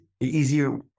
easier